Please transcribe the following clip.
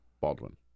Baldwin